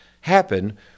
happen